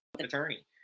Attorney